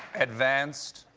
advanced,